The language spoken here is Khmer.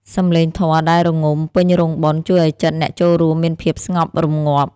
សំឡេងធម៌ដែលរងំពេញរោងបុណ្យ ជួយឱ្យចិត្តអ្នកចូលរួមមានភាពស្ងប់រម្ងាប់។